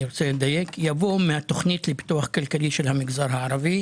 יבוא מהתוכנית לפיתוח כלכלי של המגזר הערבי.